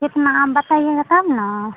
कितना आप बताइएगा तब ना